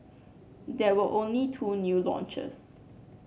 there were only two new launches